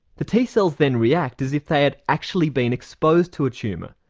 the t cells then react as if they had actually been exposed to a tumour,